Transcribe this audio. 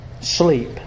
Sleep